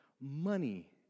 Money